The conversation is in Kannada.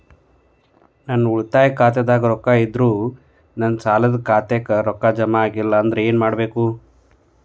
ನನ್ನ ಉಳಿತಾಯ ಖಾತಾದಾಗ ರೊಕ್ಕ ಇದ್ದರೂ ನನ್ನ ಸಾಲದು ಖಾತೆಕ್ಕ ರೊಕ್ಕ ಜಮ ಆಗ್ಲಿಲ್ಲ ಅಂದ್ರ ಏನು ಮಾಡಬೇಕು?